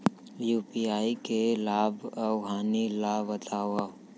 UPI के लाभ अऊ हानि ला बतावव